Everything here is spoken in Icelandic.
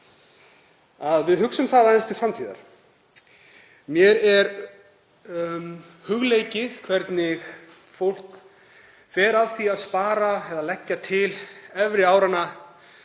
að við hugsum aðeins til framtíðar. Mér er hugleikið hvernig fólk fer að því að spara eða leggja fyrir til efri áranna